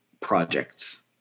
projects